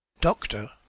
doctor